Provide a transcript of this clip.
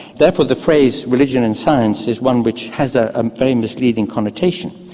therefore, the phrase religion and science is one which has a ah very misleading connotation.